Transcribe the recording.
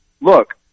Look